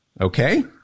Okay